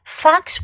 fox